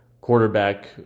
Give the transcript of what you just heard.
quarterback